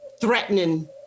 threatening